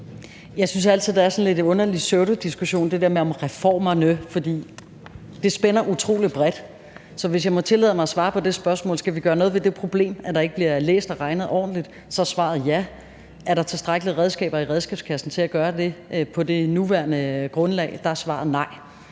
Jeg synes altid, at der er sådan en lidt underlig pseudodiskussion om det der med reformerne, for de spænder utrolig bredt. Så hvis jeg må tillade mig at svare på spørgsmålet om, hvorvidt vi skal gøre noget ved det problem, at man ikke læser og regner ordentligt, vil jeg sige, at svaret er ja. Er der tilstrækkelige redskaber i redskabskassen, til at man kan det på det nuværende grundlag? Der er svaret nej.